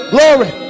Glory